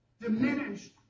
diminished